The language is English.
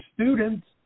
Students